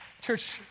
Church